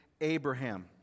Abraham